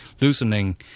loosening